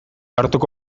hartuko